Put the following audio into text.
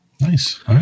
Nice